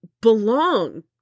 belong